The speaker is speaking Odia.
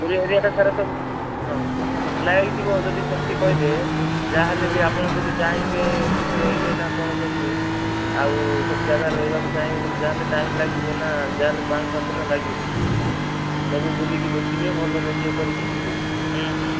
ପୁରୀ ଏରିଆଟା ସାରା ସବୁ ହଁ ଲାଗିଯିବ ଯଦି ସେମିତି କହିଲେ ଯାହା ହେଲେ ବି ଆପଣ ବି ଯଦି ଚାହିଁବେ କେଉଁଠି ରହିବେ ନା କ'ଣ କରିବେ ଆଉ ସବୁ ଜାଗାରେ ରହିବାକୁ ଚାହିଁବେ ଯାହା ହେଲେ ଟାଇମ୍ ଲାଗିବନା ଯାହା ହେଲେ ପାଞ୍ଚ ସାତ ଦିନ ଲାଗିବ ସବୁ ବୁଲିକି ଦେଖିବେ ଭଲରେ ଇଏ କରିକି ଯିବେ